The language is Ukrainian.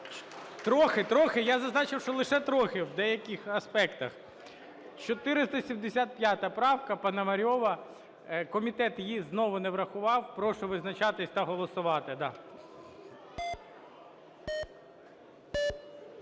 Трохи, я зазначив, що лише трохи в деяких аспектах. 475 правка Пономарьова. Комітет її знову не врахував. Прошу визначатись та голосувати.